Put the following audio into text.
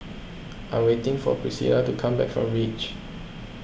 I am waiting for Pricilla to come back from Reach